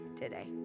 today